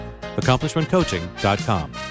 AccomplishmentCoaching.com